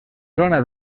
zona